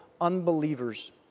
unbelievers